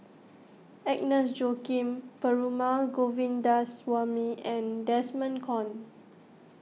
Agnes Joaquim Perumal Govindaswamy and Desmond Kon